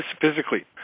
physically